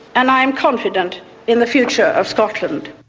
and i am confident in the future of scotland.